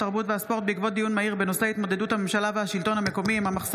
התרבות והספורט בעקבות דיון מהיר בהצעתם של חברי הכנסת